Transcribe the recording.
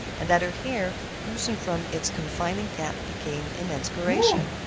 and that her hair, loosened from its confining cap, became an inspiration.